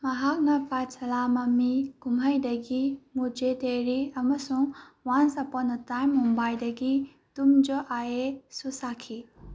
ꯃꯍꯥꯛꯅ ꯄꯥꯠꯁꯥꯂꯥ ꯃꯃꯤ ꯀꯨꯝꯍꯩꯗꯒꯤ ꯃꯨꯖꯦ ꯇꯦꯔꯤ ꯑꯃꯁꯨꯡ ꯋꯥꯟꯁ ꯑꯄꯣꯟ ꯑꯦ ꯇꯥꯏꯝ ꯃꯨꯝꯕꯥꯏꯗꯒꯤ ꯇꯨꯝ ꯖꯣ ꯑꯥꯌꯦꯁꯨ ꯁꯥꯈꯤ